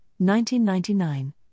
1999